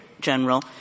General